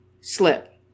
slip